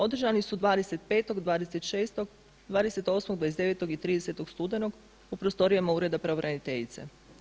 Održani su 25., 26., 28., 29. i 30. studenog u prostorijama ureda pravobraniteljice.